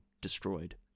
destroyed